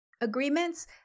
agreements